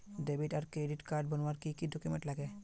Debit आर credit card बनवार तने की की डॉक्यूमेंट लागे?